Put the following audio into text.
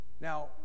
Now